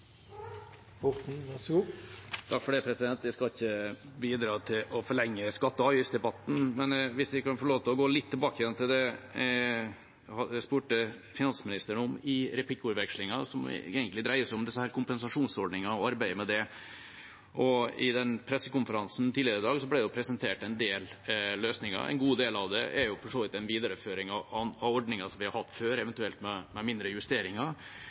Jeg skal ikke bidra til å forlenge skatte- og avgiftsdebatten, men hvis jeg kan få lov, vil jeg gå litt tilbake til det jeg spurte finansministeren om i replikkordvekslingen, som dreide seg om kompensasjonsordningene og arbeidet med det. I pressekonferansen tidligere i dag ble det presentert en del løsninger. En god del av det er for så vidt en videreføring av ordninger som vi har hatt før, eventuelt med mindre justeringer,